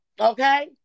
Okay